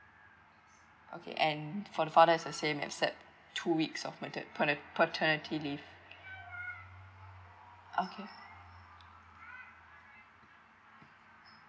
okay and for the father is the same except two weeks of mater~ pater~ paternity leave okay